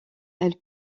elle